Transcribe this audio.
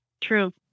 True